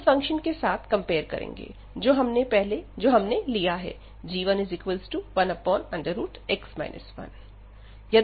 हम इस फंक्शन के साथ कंपेयर करेंगे जो हमने लिया है g11x 1